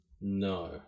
No